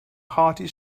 hearty